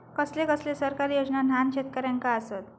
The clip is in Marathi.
कसले कसले सरकारी योजना न्हान शेतकऱ्यांना आसत?